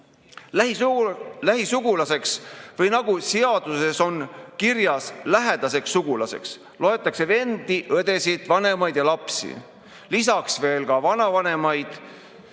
Lähisugulaseks või, nagu seaduses on kirjas, lähedaseks sugulaseks loetakse vendi, õdesid, vanemaid ja lapsi, lisaks veel vanavanemaid